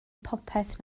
popeth